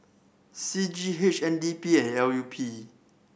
C G H N D P and L U P